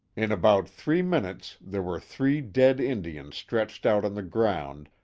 in about three minutes there were three dead indians stretched out on the ground,